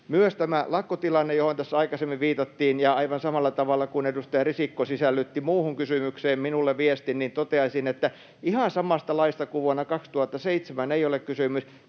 myös tähän lakkotilanteeseen. Aivan samalla tavalla kuin edustaja Risikko sisällytti muuhun kysymykseen minulle viestin, toteaisin, että ihan samasta laista kuin vuonna 2007 ei ole kysymys,